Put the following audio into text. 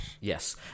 yes